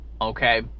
Okay